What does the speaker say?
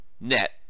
net